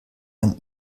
ein